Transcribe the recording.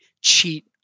cheat